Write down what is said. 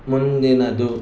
ಮುಂದಿನದು